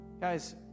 Guys